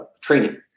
training